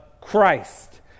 Christ